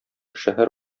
шәһәр